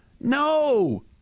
No